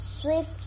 swift